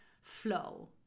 flow